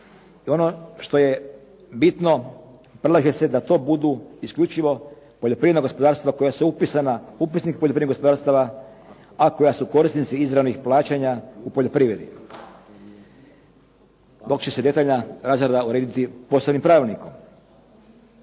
ono što je bitno … da to budu isključivo poljoprivredna gospodarstva koja su upisana u upisnik poljoprivrednih gospodarstava a koji su korisnici izravnih plaćanja u poljoprivredi. Dok će se detaljna razrada urediti posebnim pravilnikom.